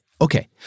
Okay